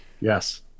Yes